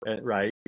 Right